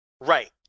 right